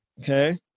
Okay